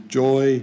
joy